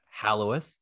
halloweth